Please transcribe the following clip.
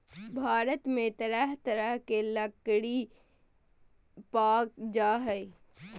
भारत में तरह तरह के लकरी पाल जा हइ